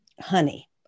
honey